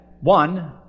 one